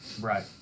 Right